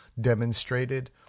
demonstrated